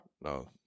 no